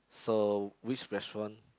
so which restaurant